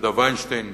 יהודה וינשטיין,